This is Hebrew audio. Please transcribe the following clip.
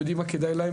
יודעים מה כדאי להם,